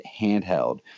handheld